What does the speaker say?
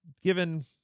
given